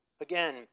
again